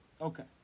Okay